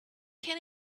can